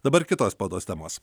dabar kitos spaudos temos